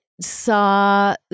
saw